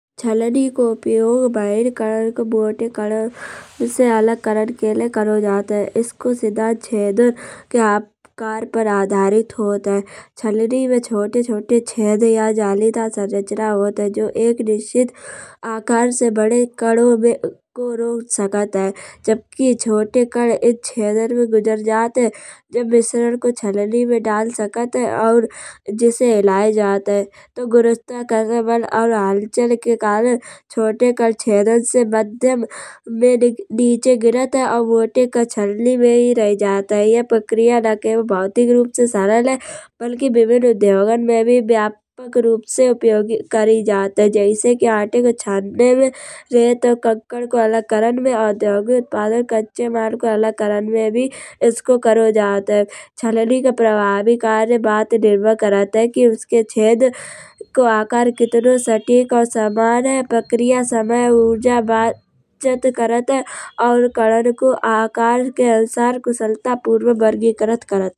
चलनी को उपयोग महीन कण को मोटे कण से अलग करण के लाय करो जात है। इसको सिद्धांत छेदन के आकार पर आधारित होत है। चलनी में चोटे चोटे छेद या जालीदार संरचना होत है। जो एक निश्चित आकार से बड़े कणों में को रोक सकत है। जबकि छोटे कण इन छेदन में गुजर जात है। जब मिश्रण को चलनी में डाल सकत और जिसे हिलाय जात है। तउ गुरुत्वाकर्षण बल और हलचल के कारण छोटे कण छेदन से मध्यम में नीचे गिरत है। और मोटे कण चलनी में ही रही जात है। ये प्रक्रिया ना केवल भौतिक रूप से सरल है। बल्कि विभिन्न उद्योगों में भी व्यापक रूप से उपयोग करी जात है। जैसे कि आटे को छनने में रेत कंकड़ को अलग करण में औद्योगिक उत्पादन कच्चे माल को अलग करण में भी इसको करो जात है। चलनी का प्रभाविक कार्य बात निर्भर करात है। कि उसके छेद को आकार कितना सटीक और समान है। प्रक्रिया समय ऊर्जा बचित करात है। और कणों को आकार को कुशलतापूर्व वर्गीकरण करात।